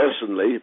personally